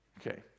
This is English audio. Okay